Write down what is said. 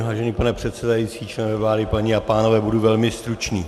Vážený pane předsedající, členové vlády, paní a pánové, budu velmi stručný.